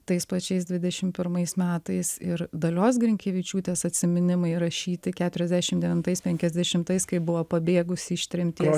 tais pačiais dvidešim pirmais metais ir dalios grinkevičiūtės atsiminimai rašyti keturiasdešim devintais penkiasdešimtais kai buvo pabėgusi ištremties